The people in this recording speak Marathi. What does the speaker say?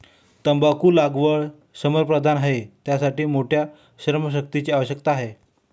तंबाखूची लागवड श्रमप्रधान आहे, त्यासाठी मोठ्या श्रमशक्तीची आवश्यकता आहे